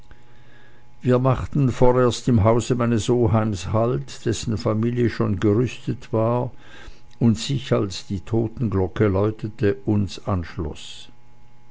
wir machten vorerst im hause meines oheims halt dessen familie schon gerüstet war und sich als die totenglocke läutete uns anschloß